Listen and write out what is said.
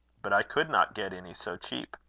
but i could not get any so cheap.